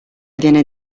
viene